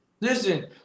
listen